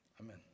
amen